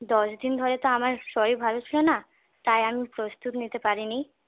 দশ দিন ধরে তো আমার শরীর ভালো ছিল না তাই আমি প্রস্তুতি নিতে পারিনি